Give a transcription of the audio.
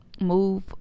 Move